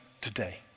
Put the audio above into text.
today